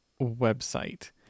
website